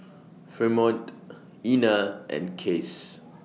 Fremont Ina and Case